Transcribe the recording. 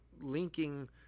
linking